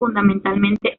fundamentalmente